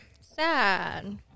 sad